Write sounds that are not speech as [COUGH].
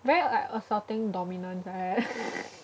very like assulting dominance like [LAUGHS]